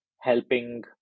helping